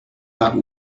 that